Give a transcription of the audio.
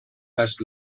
has